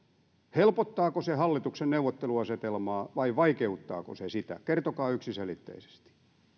helpottaako se hallituksen neuvotteluasetelmaa vai vaikeuttaako se sitä kertokaa yksiselitteisesti